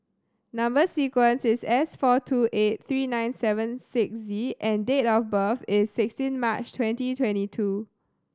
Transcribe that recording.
number sequence is S four two eight three nine seven six Z and date of birth is sixteen March twenty twenty two